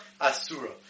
asura